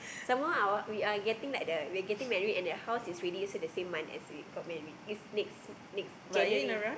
some more our we are getting like the we are getting married and the house is ready also the same month as we got married it's next next January